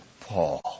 Paul